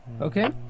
Okay